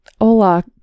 hola